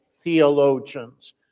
theologians